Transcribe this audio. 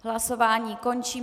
Hlasování končím.